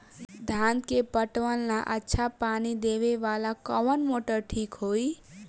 धान के पटवन ला अच्छा पानी देवे वाला कवन मोटर ठीक होई?